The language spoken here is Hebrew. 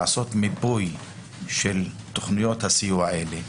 לעשות מיפוי של תכניות הסיוע האלה,